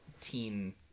teen